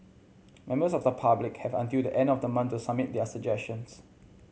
members of the public have until the end of the month to submit their suggestions